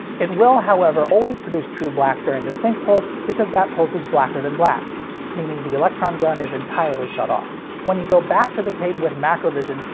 it will however always produce true black during the sync pulse, because that pulse is blacker than black meaning the electron gun is entirely shut off. when you go back to the tape with macrovision,